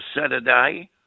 Saturday